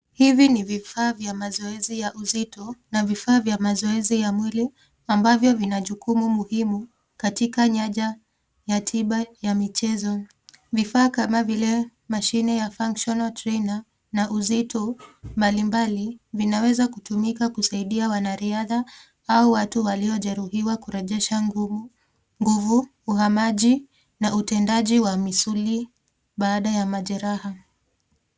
Hivi ni vifaa vya mazoezi ya uzito na vifaa vya mazoezi ya mwili ambavyo vina jukumu muhimu katika nyanja ya tiba ya michezo. Vifaa kama vile mashine ya Functional Trainer na uzito mbalimbali vinaweza kutumika kusaidia wanariadha au watu waliojeruhiwa kurejesha ngumu- nguvu, uhamaji na utendaji wa misuli baada ya majeraha.